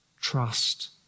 trust